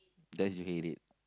that's you hate it